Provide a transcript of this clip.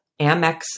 Amex